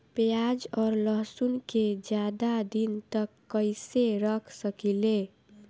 प्याज और लहसुन के ज्यादा दिन तक कइसे रख सकिले?